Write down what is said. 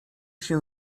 się